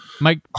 Mike